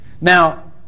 Now